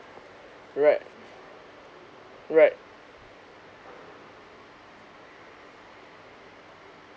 right right